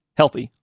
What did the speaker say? healthy